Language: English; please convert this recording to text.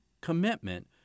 commitment